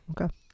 okay